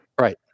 Right